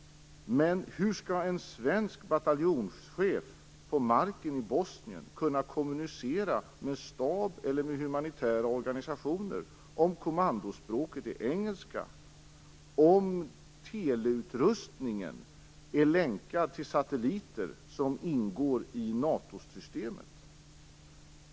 Men hur skall en svensk bataljonschef på marken i Bosnien kunna kommunicera med stab eller humanitära organisationer om kommandospråket är engelska, om teleutrustningen är länkad till satelliter som ingår i NATO-systemet?